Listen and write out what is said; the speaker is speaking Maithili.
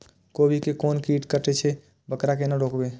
गोभी के कोन कीट कटे छे वकरा केना रोकबे?